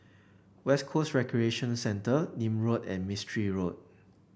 West Coast Recreation Centre Nim Road and Mistri Road